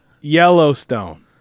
Yellowstone